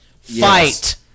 Fight